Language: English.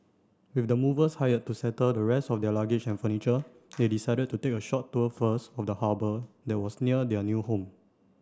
with the movers hired to settle the rest of their luggage and furniture they decided to take a short tour first of the harbour that was near their new home